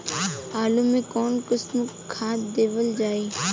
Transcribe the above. आलू मे कऊन कसमक खाद देवल जाई?